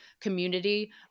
community